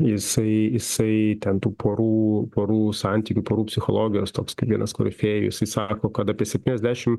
jisai jisai ten tų porų porų santykių porų psichologijos toks kaip vienas korifėjų jisai sako kad apie septyniasdešim